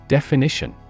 Definition